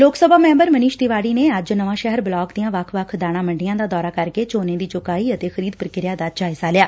ਲੋਕ ਸਭਾ ਮੈਬਰ ਮਨੀਸ਼ ਤਿਵਾਤੀ ਨੇ ਅੱਜ ਨਵਾਂ ਸ਼ਹਿਰ ਬਲਾਕ ਦੀਆਂ ਵੱਖ ਵੱਖ ਦਾਣਾ ਮੰਡੀਆਂ ਦਾ ਦੌਰਾ ਕਰਕੇ ਝੋਨੇ ਦੀ ਚੂਕਾਈ ਅਤੇ ਖਰੀਦ ਪ੍ਰਕਿਰਿਆ ਦਾ ਜਾਇਜ਼ਾ ਲਿਆ